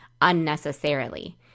unnecessarily